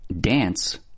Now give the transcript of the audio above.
Dance